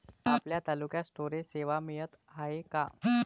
आपल्या तालुक्यात स्टोरेज सेवा मिळत हाये का?